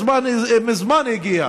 הזמן מזמן הגיע.